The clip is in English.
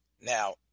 Now